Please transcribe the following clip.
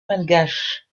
malgaches